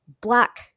black